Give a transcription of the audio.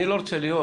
אני רוצה להיות